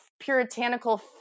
puritanical